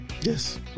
Yes